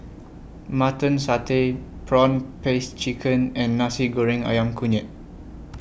Mutton Satay Prawn Paste Chicken and Nasi Goreng Ayam Kunyit